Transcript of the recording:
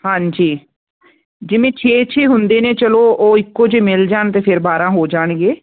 ਹਾਂਜੀ ਜਿਵੇਂ ਛੇ ਛੇ ਹੁੰਦੇ ਨੇ ਚਲੋ ਉਹ ਇੱਕੋ ਜਿਹੇ ਮਿਲ ਜਾਣ ਤੇ ਫਿਰ ਬਾਰਾਂ ਹੋ ਜਾਣਗੇ